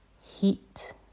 heat